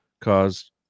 caused